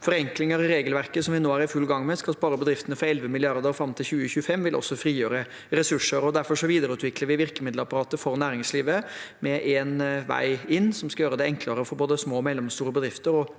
Forenklinger i regelverket, som vi nå er i full gang med, og som skal spare bedriftene for 11 mill. kr fram til 2025, vil også frigjøre ressurser. Derfor videreutvikler vi virkemiddelapparatet for næringslivet med Én vei inn, som skal gjøre det enklere for både små og mellomstore bedrifter